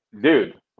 dude